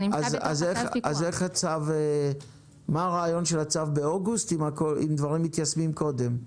אז מה הרעיון של הצו באוגוסט אם דברים מיושמים קודם?